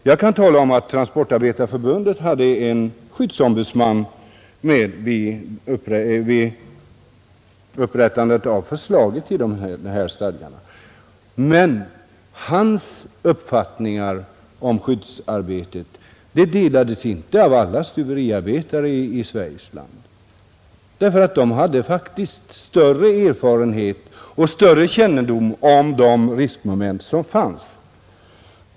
Jag kan tala om att Transportarbetareförbundet hade en skyddsombudsman med vid upprättandet av förslaget till de här stuveristadgarna, men hans uppfattningar om skyddsarbetet delades inte av alla stuveriarbetare i Sveriges land. De hade faktiskt större erfarenhet och bättre kännedom om de riskmoment som finns.